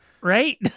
Right